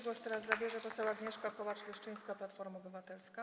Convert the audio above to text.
Głos teraz zabierze poseł Agnieszka Kołacz-Leszczyńska, Platforma Obywatelska.